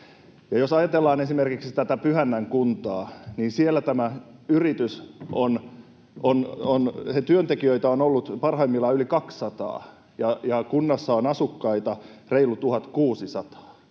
Jos ajatellaan esimerkiksi tätä Pyhännän kuntaa, niin tällä yrityksellä on siellä työntekijöitä ollut parhaimmillaan yli 200, ja kunnassa on asukkaita reilu 1 600.